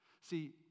See